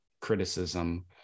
criticism